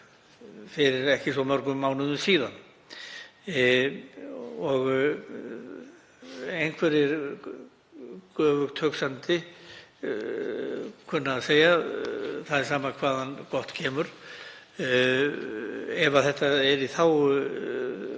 fyrir ekki svo mörgum mánuðum síðan. Einhverjir göfugt hugsandi kunna að segja: Það er sama hvaðan gott kemur. Ef þetta er í þágu